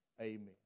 amen